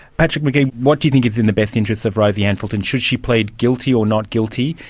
patrick mcgee, what do you think is in the best interests of rosie anne fulton? should she plead guilty or not guilty?